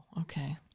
Okay